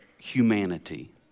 humanity